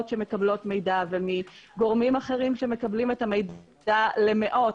שמקבלות מידע ומגורמים אחרים שמקבלים את המידע למאות,